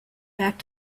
back